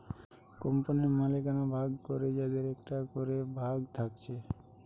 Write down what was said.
কোম্পানির মালিকানা ভাগ করে যাদের একটা করে ভাগ থাকছে